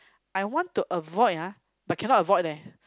I want to avoid ah but cannot avoid leh